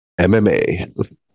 MMA